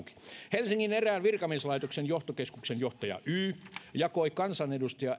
helsingin erään virkamieslaitoksen johtokeskuksen johtaja y jakoi kansanedustaja